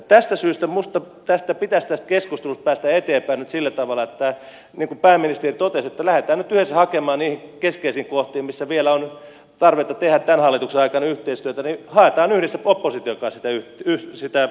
tästä syystä minusta pitäisi tässä keskustelussa päästä eteenpäin nyt sillä tavalla niin kuin pääministeri totesi että lähdetään nyt niihin keskeisiin kohtiin missä vielä on tarvetta tehdä tämän hallituksen aikana yhteistyötä hakemaan yhdessä opposition kanssa sitä lopputulemaa